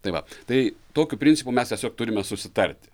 tai va tai tokiu principu mes tiesiog turime susitart